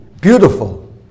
beautiful